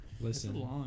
Listen